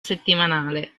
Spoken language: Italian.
settimanale